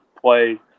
play